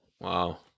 Wow